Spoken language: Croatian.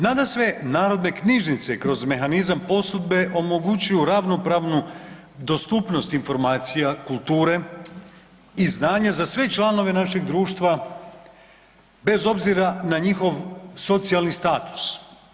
Nadasve narodne knjižnice kroz mehanizam posudbe omogućuju ravnopravnu dostupnost informacija kulture i znanje za sve članove našeg društva bez obzira na njihov socijalni status.